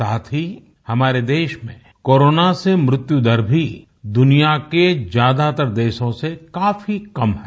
साथ ही हमारे देश में कोरोना से मृत्यु दर भी दुनिया के ज्योदातर देशों से काफी कम है